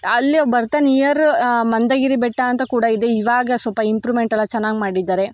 ಅಲ್ಲೇ ಬರ್ತಾ ನಿಯರ್ ಮಂದಗಿರಿ ಬೆಟ್ಟ ಅಂತ ಕೂಡ ಇದೆ ಇವಾಗ ಸ್ವಲ್ಪ ಇಂಪ್ರೂಮೆಂಟೆಲ್ಲ ಚೆನ್ನಾಗಿ ಮಾಡಿದ್ದಾರೆ